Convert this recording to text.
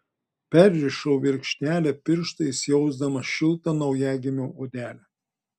perrišau virkštelę pirštais jausdama šiltą naujagimio odelę